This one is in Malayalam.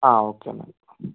അ ഓക്കെ എന്നാൽ